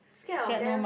scared of death